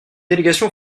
délégation